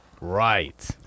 right